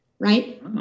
right